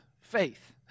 faith